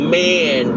man